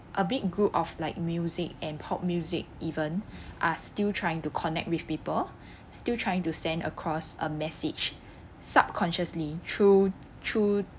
a big group of like music and pop music even are still trying to connect with people still trying to send across a message subconsciously through through